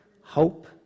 hope